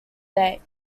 date